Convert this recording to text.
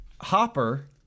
Hopper